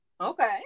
Okay